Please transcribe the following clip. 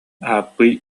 ааппый